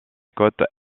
côte